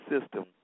system